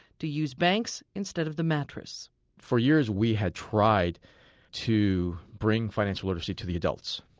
to use banks instead of the mattress for years we had tried to bring financial literacy to the adults.